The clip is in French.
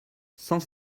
cent